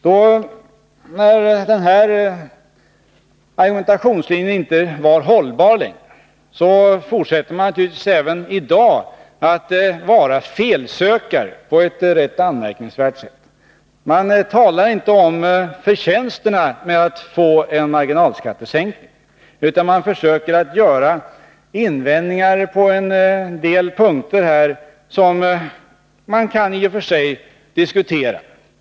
Eftersom denna argumentationslinje inte längre är hållbar, fortsätter man även i dag att vara felsökare på ett rätt anmärkningsvärt sätt. Man talar inte om förtjänsterna med att få en marginalskattesänkning utan försöker göra invändningar på en del punkter, som man i och för sig kan diskutera.